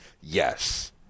Yes